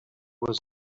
was